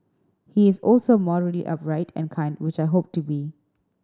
he is also morally upright and kind which I hope to be